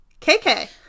KK